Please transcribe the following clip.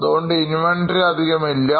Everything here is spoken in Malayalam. അതുകൊണ്ട് Inventory അധികമില്ല